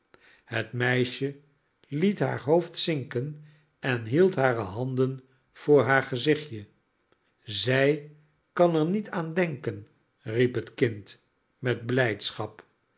het meisje liet haar hoofd zinken en hield hare handen voor haar gezichtje zij kan er niet aan denken riep het kind met blijdschap